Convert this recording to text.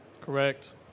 Correct